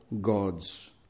God's